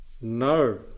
No